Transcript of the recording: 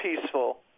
peaceful